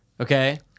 okay